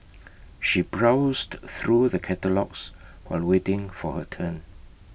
she browsed through the catalogues while waiting for her turn